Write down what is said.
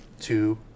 two